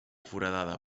foradada